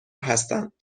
هستند